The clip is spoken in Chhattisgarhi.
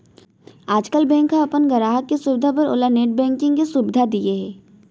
आजकाल बेंक ह अपन गराहक के सुभीता बर ओला नेट बेंकिंग के सुभीता दिये हे